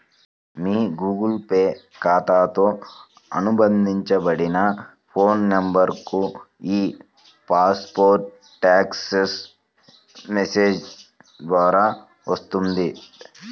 మీ Google Pay ఖాతాతో అనుబంధించబడిన phone నంబర్కు ఈ పాస్వర్డ్ టెక్ట్స్ మెసేజ్ ద్వారా వస్తుంది